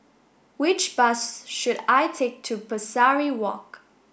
which bus should I take to Pesari Walk